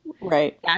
Right